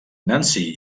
nancy